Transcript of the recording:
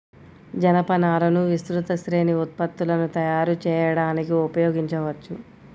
జనపనారను విస్తృత శ్రేణి ఉత్పత్తులను తయారు చేయడానికి ఉపయోగించవచ్చు